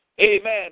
Amen